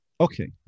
Okay